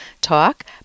talk